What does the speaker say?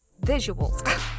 visuals